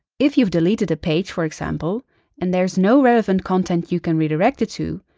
if you've deleted a page, for example and there is no relevant content you can redirect it to,